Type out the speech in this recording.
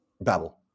Babel